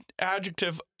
adjective